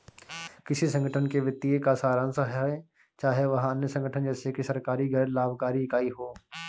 किसी संगठन के वित्तीय का सारांश है चाहे वह अन्य संगठन जैसे कि सरकारी गैर लाभकारी इकाई हो